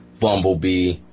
bumblebee